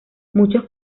muchos